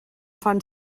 fan